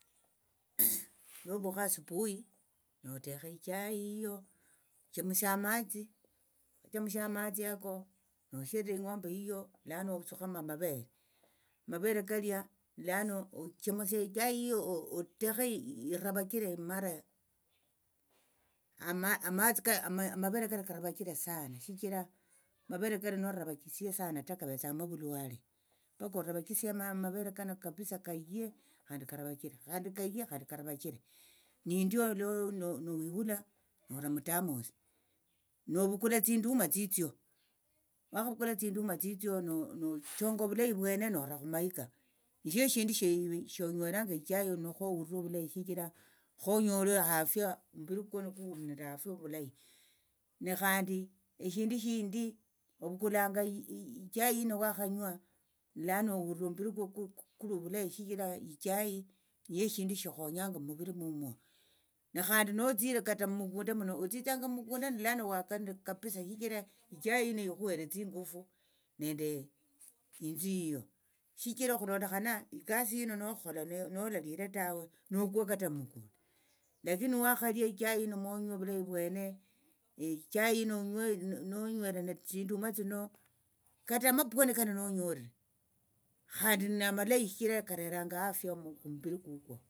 Novukha asupui note notekha echai yiyo chemsia amatsi nochemusia amatsi hako osheree ing'ombe yiyo lano otsukhamo amavere mavere kalia lano chemsia echai yiyo otekhe iravachire mara ya ama amatsi kaa amavere kalia karavachira sana shichira mavere kalia nolaravachisie sana kavetsangamo ovulwale paka oravachisie amavere kano kapisa kaye khandi karavachire khandi kaye khandi karavachire nindio niwihula nora mutamosi novukula tsinduma tsitsio wakhavukula tsinduma tsitsio nochonga ovuleyi vwene nora khumaika nisho eshindu shonyweranga echai khohulire ovuleyi shichira khonyole hafia mbiri kukwo nikuli nende afia ovulayi nekhandi eshindu shindi ovukulanga ichai hino wakhanywa lano ohulira omumbiri kwo kuli ovulayi shichira ichai niyo eshindu shikhonyanga muviri kwo omundu nakhandi notsire kata mukunda muno otstsanga mukunda lano waka nende kapisa shichira ichai hino ikhuhere tsingufu nende inthu yiyo shichira okhulondokhana ekasi hino nokhola nokhalire tawe nokwa kata mukunda lakini niwakhalia echai yino monywe ovulayi vwene echai onywe nonywere nende tsinduma tsino kata amapwoni kano nonyolire khandi namalayi shichira kareranga afia muviri kukwo.